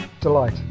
delight